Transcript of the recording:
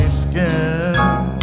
skin